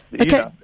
Okay